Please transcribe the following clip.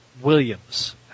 Williams